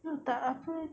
entah apa